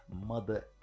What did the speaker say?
mother